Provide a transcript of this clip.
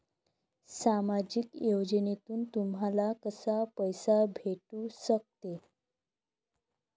सामाजिक योजनेतून तुम्हाले कसा पैसा भेटू सकते?